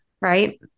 Right